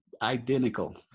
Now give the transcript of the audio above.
Identical